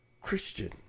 Christian